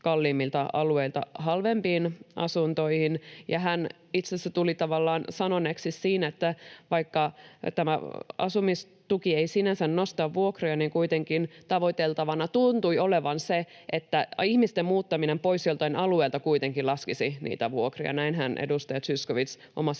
kalliimmilta alueilta halvempiin asuntoihin. Ja hän itse asiassa tuli tavallaan sanoneeksi siinä, että vaikka tämä asumistuki ei sinänsä nosta vuokria, niin kuitenkin tavoiteltavaa tuntui olevan se, että ihmisten muuttaminen pois joltain alueelta kuitenkin laskisi niitä vuokria. Näinhän edustaja Zyskowicz omassa